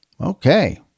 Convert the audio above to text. Okay